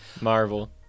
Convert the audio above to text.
Marvel